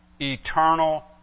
eternal